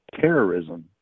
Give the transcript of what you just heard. terrorism